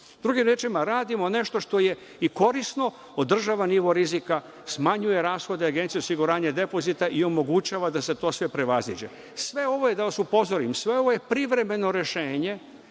imaće. Drugim rečima, radimo nešto što je i korisno, održava nivo rizika, smanjuje rashode Agencije za osiguranje depozita i omogućava da se to sve prevaziđe. Da vas upozorim, sve ovo je privremeno rešenje